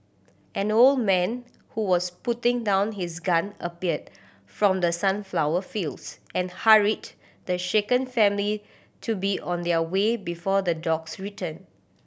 an old man who was putting down his gun appeared from the sunflower fields and hurried the shaken family to be on their way before the dogs return